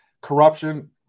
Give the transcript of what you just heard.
corruption